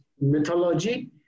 mythology